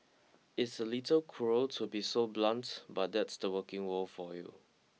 it's a little cruel to be so blunt but that's the working world for you